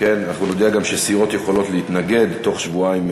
אנחנו נודיע גם שסיעות יכולות להתנגד תוך שבועיים,